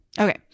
Okay